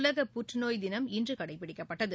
உலக புற்றுநோய் தினம் இன்று கடைபிடிக்கப்பட்டது